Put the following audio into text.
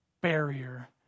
barrier